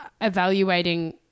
evaluating